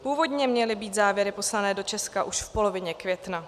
Původně měly být závěry poslané do Česka už v polovině května.